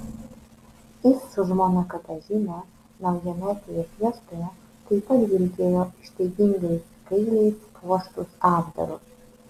jis su žmona katažina naujametėje fiestoje taip pat vilkėjo ištaigingais kailiais puoštus apdarus